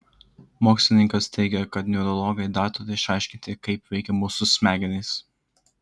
mokslininkas teigia kad neurologai dar turi išaiškinti kaip veikia mūsų smegenys